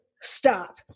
stop